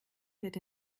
wird